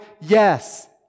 Yes